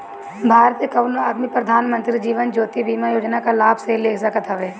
भारत के कवनो आदमी प्रधानमंत्री जीवन ज्योति बीमा योजना कअ लाभ ले सकत हवे